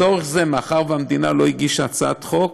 לצורך זה, מאחר שהמדינה לא הגישה הצעת חוק,